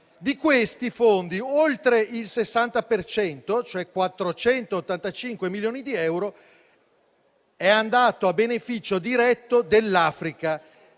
Di questi fondi, oltre il 60 per cento, cioè 485 milioni di euro, è andato a beneficio diretto dell'Africa.